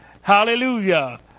Hallelujah